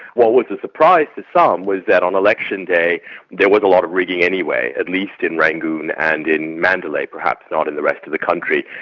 what was the surprise to some was that on election day there was a lot of rigging anyway at least in rangoon and in mandalay, perhaps not in the rest of the country.